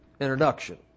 introduction